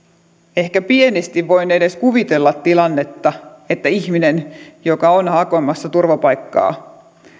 ehkä pienesti voin edes kuvitella tilannetta pystyykö ihminen joka on hakemassa turvapaikkaa